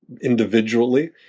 individually